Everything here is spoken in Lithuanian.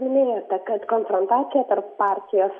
minėjote kad konfrontacija tarp partijos